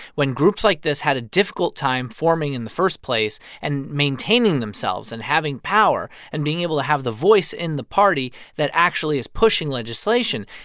when groups like this had a difficult time forming in the first place and maintaining themselves and having power and being able to have the voice in the party that actually is pushing legislation.